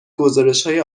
گزارشهای